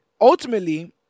ultimately